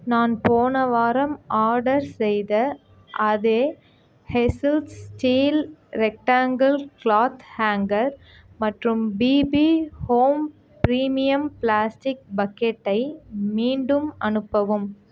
நான் போன வாரம் ஆர்டர் செய்த அதே Hazel steel rectangle cloth hanger மற்றும் பிபி ஹோம் ப்ரீமியம் ப்ளாஸ்டிக் பக்கெட்டை மீண்டும் அனுப்பவும்